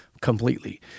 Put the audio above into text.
completely